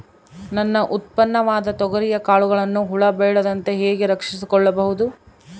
ನನ್ನ ಉತ್ಪನ್ನವಾದ ತೊಗರಿಯ ಕಾಳುಗಳನ್ನು ಹುಳ ಬೇಳದಂತೆ ಹೇಗೆ ರಕ್ಷಿಸಿಕೊಳ್ಳಬಹುದು?